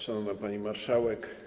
Szanowna Pani Marszałek!